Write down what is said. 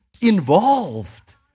involved